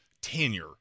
tenure